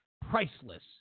priceless